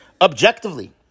objectively